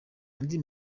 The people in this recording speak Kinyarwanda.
andi